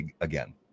again